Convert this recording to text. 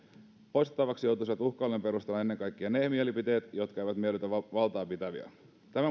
poistettavaksi joutuisivat uhkailujen perusteella ennen kaikkea ne mielipiteet jotka eivät miellytä valtaapitäviä tämä